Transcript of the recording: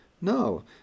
No